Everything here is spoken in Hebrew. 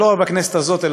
ולא רק בכנסת הזאת,